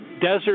Desert